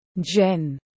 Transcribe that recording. Jen